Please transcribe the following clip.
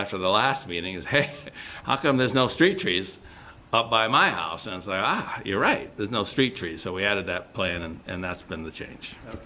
after the last meeting is hey how come there's no street trees up by my house and say ah you're right there's no street trees so we added that plane and that's been the change